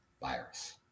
virus